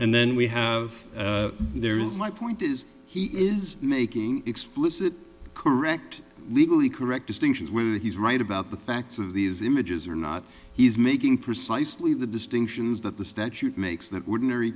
and then we have there is my point is he is making explicit correct legally correct distinctions where he's right about the facts of these images or not he's making precisely the distinctions that the statute makes th